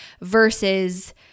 versus